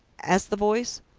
asked the voice.